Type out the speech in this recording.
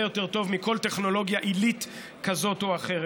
יותר טוב מכל טכנולוגיה עילית כזאת או אחרת.